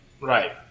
Right